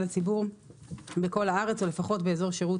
הציבור בכל הארץ או לפחות באזור שירות,